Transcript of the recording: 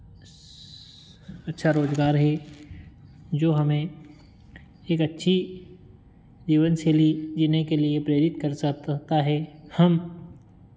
अच्छा रोज़गार है जो हमें एक अच्छी जीवनशैली जीने के लिए प्रेरित कर सकता ता है हम